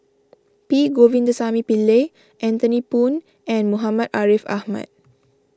P Govindasamy Pillai Anthony Poon and Muhammad Ariff Ahmad